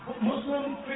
Muslim